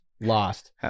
lost